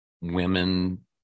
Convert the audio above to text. women